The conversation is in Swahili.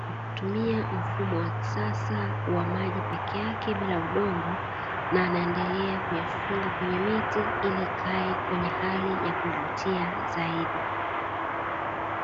kwa kutumia mfumo wa kisasa wa maji peke yake bila udongo, na anaendelea kuyafunga kwenye miti, ili yakae kwenye hali ya kuvutia zaidi.